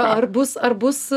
ar bus ar bus